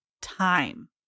time